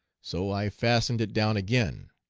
so i fastened it down again.